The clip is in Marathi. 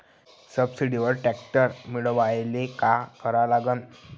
सबसिडीवर ट्रॅक्टर मिळवायले का करा लागन?